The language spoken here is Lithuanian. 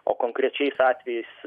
o konkrečiais atvejais